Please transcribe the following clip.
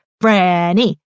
Branny